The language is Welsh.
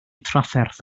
trafferth